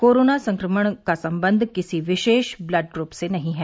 corona संक्रमण का सम्बंध किसी विशेष ब्लड ग्रप से नहीं है